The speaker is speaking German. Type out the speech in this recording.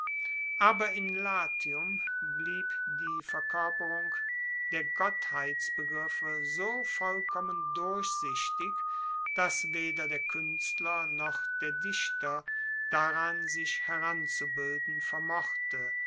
aber in latium blieb die verkoerperung der gottheitsbegriffe so vollkommen durchsichtig dass weder der kuenstler noch der dichter daran sich heranzubilden vermochte